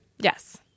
Yes